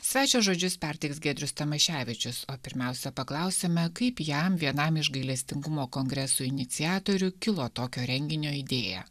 svečio žodžius perteiks giedrius tamaševičius o pirmiausia paklausėme kaip jam vienam iš gailestingumo kongreso iniciatorių kilo tokio renginio idėja